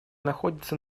находится